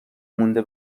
مونده